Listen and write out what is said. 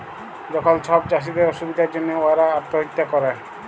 যখল ছব চাষীদের অসুবিধার জ্যনহে উয়ারা আত্যহত্যা ক্যরে